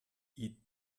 eat